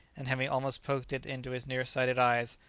and having almost poked it into his near-sighted eyes,